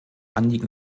anliegen